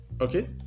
okay